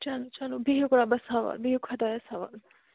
چلو چلو بِہِو رۄبَس حوال بِہِو خۄدایَس حوال